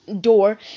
door